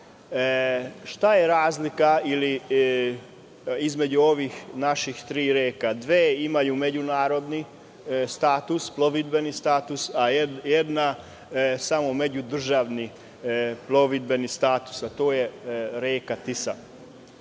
Šta je razlika između ove naše tri reke? Dve imaju međunarodni status plovidbeni status, a jedna samo međudržavni plovidbeni status, to je reka Tisa.